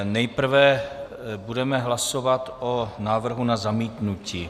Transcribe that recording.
Nejprve budeme hlasovat o návrhu na zamítnutí.